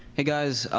hey guys,